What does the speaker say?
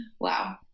Wow